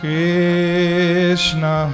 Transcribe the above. Krishna